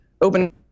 open